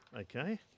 Okay